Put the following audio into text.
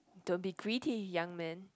don't be greedy young man